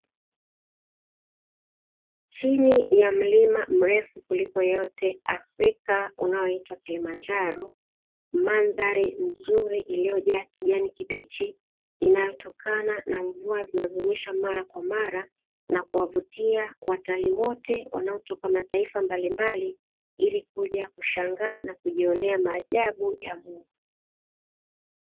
Chini ya mlima mrefu kuliko yote afrika unaoitwa kilimanjaro mandhari nzuri iliyojaa kijani kibichi inayotokana na mvua zinazoonyesha mara kwa mara, na kuwavutia watalii wote wanaotoka mataifa mbalimbali ili kuja kushangaa na kujionea maajabu ya Mungu.